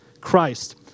Christ